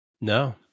No